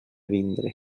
vindre